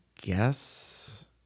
guess